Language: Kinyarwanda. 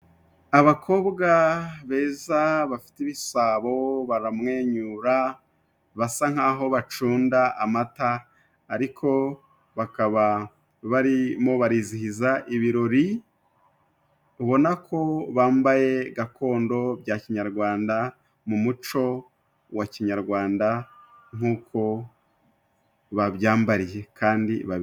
Abakobwa beza bafite ibisabo baramwenyura basa nk'aho bacunda amata, ariko bakaba barimo barizihiza ibirori. Ubona ko bambaye gakondo bya kinyarwanda. Mu muco wa kinyarwanda nk'uko babyambariye kandi ba....